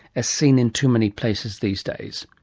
as seen in too many places these days.